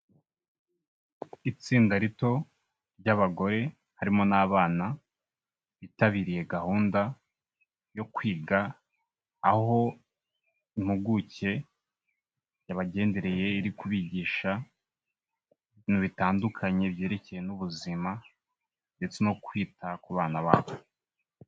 Itsinda rito ry'abagore harimo n'abana, bitabiriye gahunda yo kwiga, aho impuguke yabagendereye iri kubigisha ibintu bitandukanye byerekeye n'ubuzima, ndetse no kwita ku bana babo.